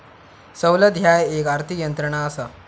सवलत ह्या एक आर्थिक यंत्रणा असा